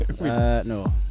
no